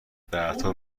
بعدها